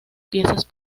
piezas